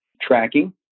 tracking